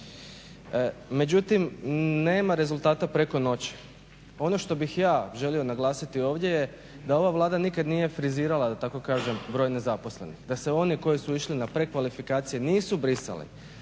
međutim nema rezultata preko noći. Ono što bih ja želio naglasiti ovdje je da ova Vlada nikad nije frizirala da tako kažem broj nezaposlenih, da se oni koji su išli na prekvalifikacije nisu brisale